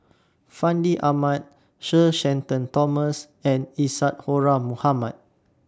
Fandi Ahmad Sir Shenton Thomas and Isadhora Mohamed